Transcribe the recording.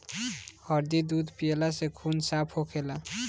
हरदी दूध पियला से खून साफ़ होखेला